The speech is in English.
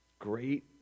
Great